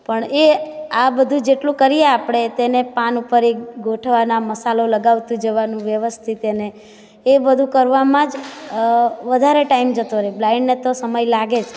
પણ એ આ બધું જેટલું કરીએ આપણે તેને પાન ઉપર એક ગોઠવવાના મસાલો લગાવતું જવાનું વ્યવસ્થિત એને એ બધું કરવામાં જ વધારે ટાઈમ જતો રહે બ્લાઈંડને તો સમય લાગે જ